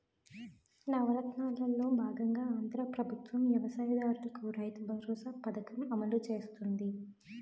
నవరత్నాలలో బాగంగా ఆంధ్రా ప్రభుత్వం వ్యవసాయ దారులకు రైతుబరోసా పథకం అమలు చేస్తుంది